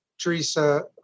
Teresa